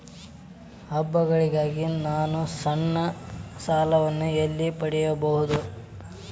ಹಬ್ಬಗಳಿಗಾಗಿ ನಾನು ಸಣ್ಣ ಸಾಲಗಳನ್ನು ಎಲ್ಲಿ ಪಡೆಯಬಹುದು?